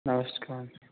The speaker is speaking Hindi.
नमस्कार